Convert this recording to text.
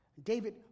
David